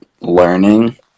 learning